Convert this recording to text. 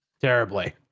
Terribly